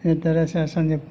इन तरह सां असांजे